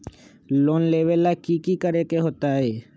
Loan लेवेला की करेके होतई?